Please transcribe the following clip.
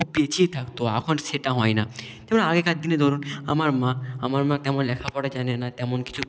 খুব পিছিয়ে থাকতো এখন সেটা হয়না যেমন আগেকার দিনে ধরুন আমার মা আমার মা তেমন লেখাপড়া জানে না তেমন কিছু